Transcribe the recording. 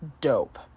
dope